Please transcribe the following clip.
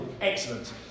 Excellent